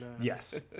yes